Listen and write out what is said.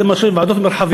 אתם עכשיו עם ועדות מרחביות,